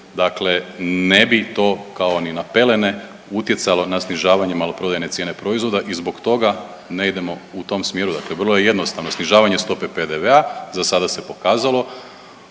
Dakle, ne bi to kao ni na pelene utjecalo na snižavanje maloprodajne cijene proizvoda i zbog toga ne idemo u tom smjeru. Dakle, vrlo je jednostavno snižavanje stope PDV-a za sada se pokazalo